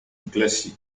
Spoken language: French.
classic